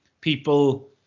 people